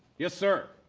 yes, sir.